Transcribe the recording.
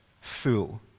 fool